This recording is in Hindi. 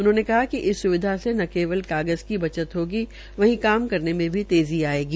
उन्होंने कहा कि इस स्विधा से न केवल कागज़ की बजत होगी वहीं काम करने में भी तेज़ी आयेगी